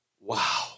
Wow